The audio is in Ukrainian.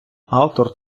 автор